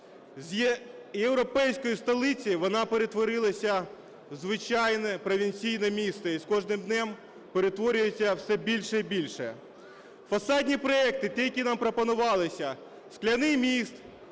з європейської столиці вона перетворилася в звичайне провінційне місто. І з кожним днем перетворюється все більше і більше. Фасадні проекти, ті, які нам пропонувалися: скляний міст,